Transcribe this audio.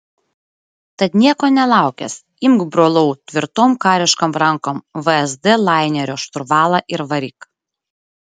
tad nieko nelaukęs imk brolau tvirtom kariškom rankom vsd lainerio šturvalą ir varyk